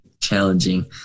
challenging